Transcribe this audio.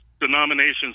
denominations